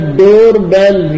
doorbell